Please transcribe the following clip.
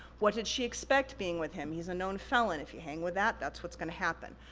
what did she expect being with him? he's a known felon. if you hang with that, that's what's gonna happen.